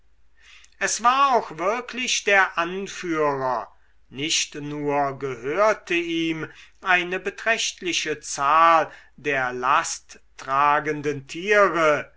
es war auch wirklich der anführer nicht nur gehörte ihm eine beträchtliche zahl der lasttragenden tiere